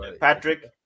Patrick